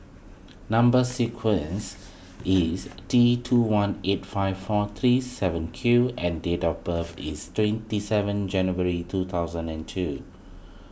Number Sequence is D two one eight five four three seven Q and date of birth is twenty seven January two thousand and two